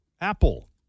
apple